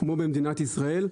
כמו במדינת ישראל.